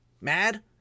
mad